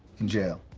in jail.